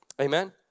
amen